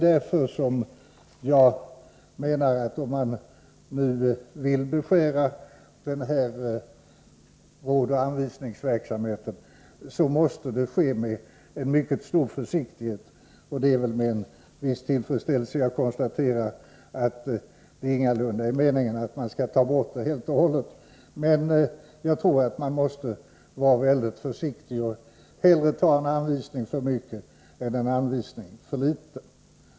Därför menar jag att om-man nu vill beskära denna rådoch anvisningsverksamhet, måste det ske med mycket stor försiktighet, och det är med en viss tillfredsställelse jag konstaterar att det ingalunda är meningen att man skall ta bort denna verksamhet helt och hållet: Jag tror att man måste vara mycket försiktig och hellre hälen:anvisning för mycket än en för litet.